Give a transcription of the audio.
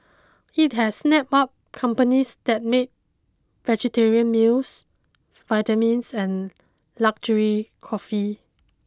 it has snapped up companies that make vegetarian meals vitamins and luxury coffee